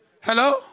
Hello